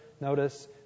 notice